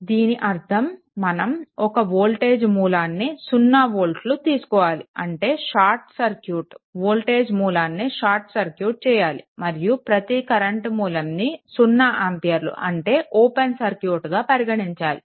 దీని అర్థం మనం ఒక వోల్టేజ్ మూలాన్ని సున్నా వోల్ట్లు తీసుకోవాలి అంటే షార్ట్ సర్క్యూట్ వోల్టేజ్ మూలాన్ని షార్ట్ సర్క్యూట్ చేయాలి మరియు ప్రతి కరెంట్ మూలం ని 0 ఆంపియర్లు అంటే ఓపెన్ సర్క్యూట్గా పరిగణించాలి